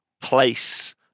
place